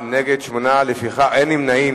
מתנגדים ואין נמנעים.